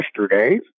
yesterday